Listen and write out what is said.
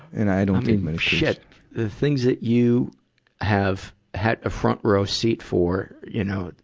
and i don't shit! the things that you have had a front-row seat for, you know,